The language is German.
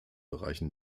bereichen